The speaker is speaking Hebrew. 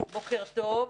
בוקר טוב,